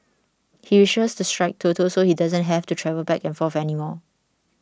he wishes to strike Toto so he doesn't have to travel back and forth anymore